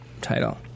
title